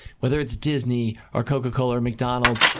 whether it's disney, or coca-cola, or mcdonald's,